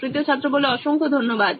তৃতীয় ছাত্র অসংখ্য ধন্যবাদ